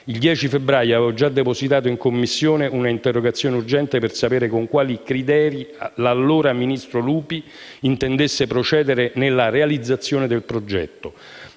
Il 10 febbraio avevo già depositato in Commissione un'interrogazione urgente per sapere con quali criteri l'allora ministro Lupi intendesse procedere nella realizzazione del progetto,